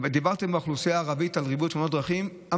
דיברתם על ריבוי תאונות דרכים באוכלוסייה הערבית,